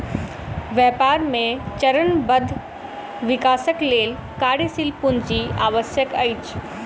व्यापार मे चरणबद्ध विकासक लेल कार्यशील पूंजी आवश्यक अछि